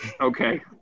Okay